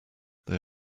they